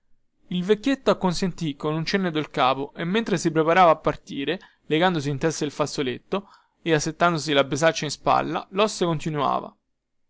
il vecchietto acconsentì con un cenno del capo e mentre si preparava a partire legandosi in testa il fazzoletto e assettandosi la bisaccia in spalla loste continuava